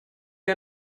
wir